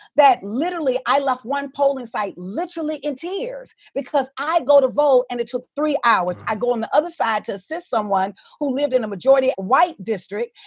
that literally i left one polling site literally in tears. because i go to vote and it took three hours. i go on the other side to assist someone who lived in a majority white district.